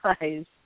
guys